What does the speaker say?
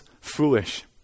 foolish